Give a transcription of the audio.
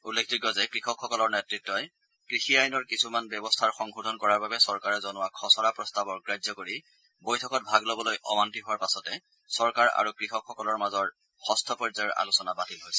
উল্লেখযোগ্য যে কৃষকসকলৰ নেতৃত্বই কৃষি আইনৰ কিছুমান ব্যৱস্থাৰ সংশোধন কৰাৰ বাবে চৰকাৰে জনোৱা খচৰা প্ৰস্তাৱ অগ্ৰাহ্য কৰি বৈঠকত ভাগ লবলৈ অমান্তি হোৱাৰ পাছতে চৰকাৰ আৰু কৃষকসকলৰ মাজৰ যষ্ঠ পৰ্যায়ৰ আলোচনা বাতিল হৈছিল